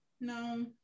no